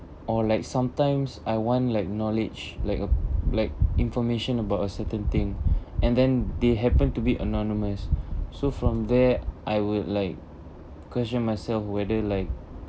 or like sometimes I want like knowledge like a like information about a certain thing and then they happen to be anonymous so from there I would like question myself whether like